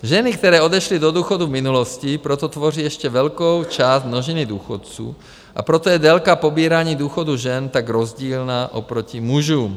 Ženy, které odešly do důchodu v minulosti, proto tvoří ještě velkou část množiny důchodců, a proto je délka pobírání důchodu žen tak rozdílná oproti mužům.